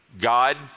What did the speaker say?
God